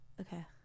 okay